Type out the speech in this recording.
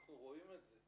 אנחנו רואים את זה.